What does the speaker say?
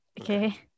Okay